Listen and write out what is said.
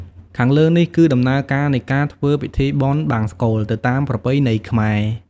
ខាងលើនេះគឺ ដំណើរការនៃការធ្វើពិធីបុណ្យបង្សុកូល ទៅតាមប្រពៃណីខ្មែរ។